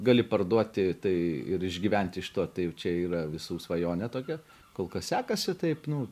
gali parduoti tai ir išgyventi iš to tai čia yra visų svajonė tokia kol kas sekasi taip nu